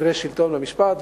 סדרי שלטון ומשפט,